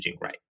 right